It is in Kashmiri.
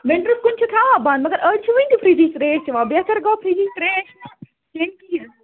ونٹر کُن چھِ تھاوان بند مگر أڑۍ چھِ ونتہ فرجِچ تریش چوان بہتر گوٚو فرجچ تریٚش نہٕ چیٚن کِہیٖنۍ